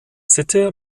sitte